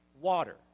water